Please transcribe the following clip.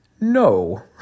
no